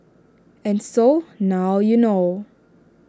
and so now you know